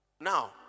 Now